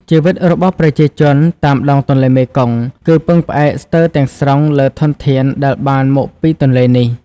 ជីវិតរបស់ប្រជាជនតាមដងទន្លេមេគង្គ គឺពឹងផ្អែកស្ទើរទាំងស្រុងលើធនធានដែលបានមកពីទន្លេនេះ។